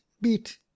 beat